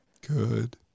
Good